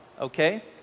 okay